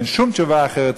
אין שום תשובה אחרת צודקת.